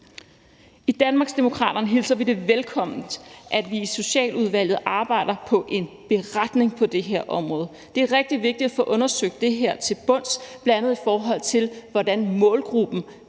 I Danmarksdemokraterne hilser vi det velkommen, at vi i Socialudvalget arbejder på en beretning på det her område. Det er rigtig vigtigt at få undersøgt det her til bunds, bl.a. i forhold til hvordan målgruppen